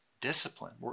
discipline